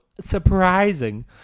surprising